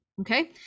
Okay